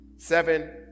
seven